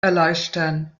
erleichtern